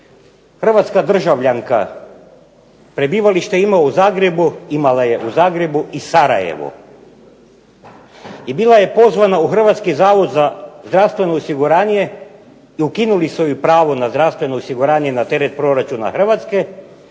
Hrvatska državljanka prebivalište ima u Zagrebu, imala je u Zagrebu i Sarajevu i bila je pozvana u Hrvatski zavod za zdravstveno osiguranje, ukinuli su joj pravo na zdravstveno osiguranje na teret proračuna Hrvatske